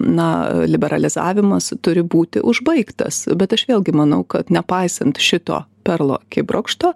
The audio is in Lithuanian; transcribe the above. na liberalizavimas turi būti užbaigtas bet aš vėlgi manau kad nepaisant šito perlo akibrokšto